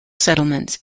settlements